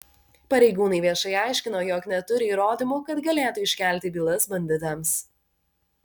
pareigūnai viešai aiškino jog neturi įrodymų kad galėtų iškelti bylas banditams